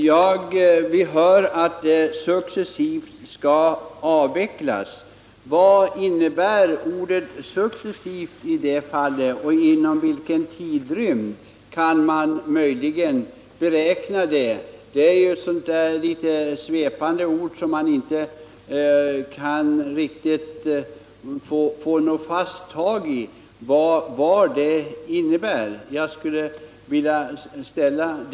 Herr talman! Jag får nu beskedet att de av mig berörda förhållandena successivt skall avvecklas. Jag skulle vilja fråga energiministern vad ordet ”successivt” betyder i detta sammanhang och inom vilken tidrymd avvecklingen möjligen kan beräknas vara slutförd.